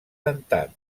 dentat